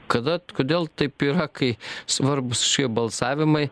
kada kodėl taip yra kai svarbūs šie balsavimai